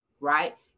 right